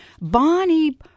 Bonnie